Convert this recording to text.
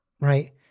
Right